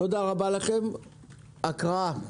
תודה רבה לכם, הקראה.